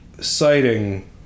citing